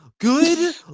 Good